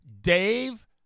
Dave